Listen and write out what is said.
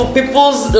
people's